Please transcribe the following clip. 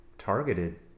targeted